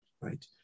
right